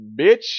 bitch